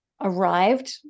arrived